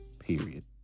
period